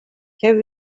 have